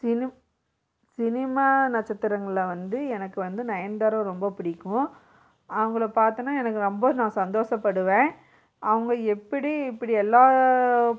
சினிம் cinema நட்சத்திரங்கள்ல வந்து எனக்கு வந்து நயன்தாரா ரொம்ப பிடிக்கும் அவங்களை பாத்தோன்ன எனக்கு ரொம்ப நா சந்தோசப்படுவேன் அவங்க எப்படி இப்படி எல்லா